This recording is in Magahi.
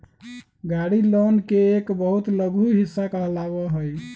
गाड़ी लोन के एक बहुत लघु हिस्सा कहलावा हई